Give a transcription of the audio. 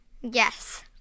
Yes